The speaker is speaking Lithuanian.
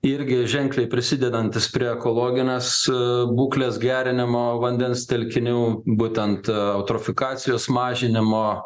irgi ženkliai prisidedantis prie ekologinės būklės gerinimo vandens telkinių būtent eutrofikacijos mažinimo